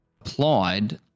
applied